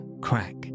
crack